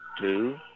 two